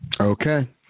Okay